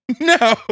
No